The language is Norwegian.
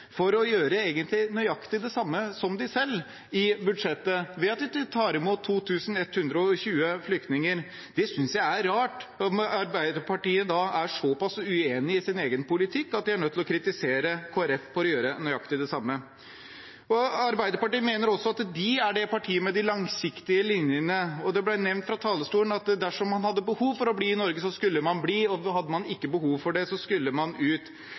for å gjøre nøyaktig det samme som dem selv i budsjettet, ved at de tar imot 2 120 flyktninger. Jeg synes det er rart at Arbeiderpartiet er såpass uenig i sin egen politikk at de er nødt til å kritisere Kristelig Folkeparti for å gjøre nøyaktig det samme. Arbeiderpartiet mener også at de er partiet med de langsiktige linjene, og det ble nevnt fra talerstolen at dersom man hadde behov for å bli i Norge, skulle man bli, og hadde man ikke behov for det, skulle man ut.